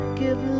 give